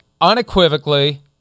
unequivocally